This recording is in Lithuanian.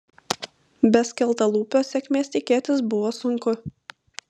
be skeltalūpio sėkmės tikėtis buvo sunku